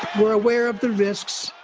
we're aware of the risks.